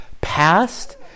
past